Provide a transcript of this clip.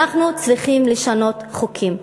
אנחנו צריכים לשנות חוקים.